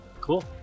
Cool